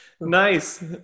Nice